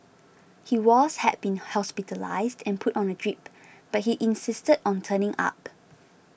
he was had been hospitalised and put on a drip but he insisted on turning up